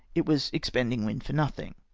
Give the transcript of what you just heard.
it was expending wind for nothing.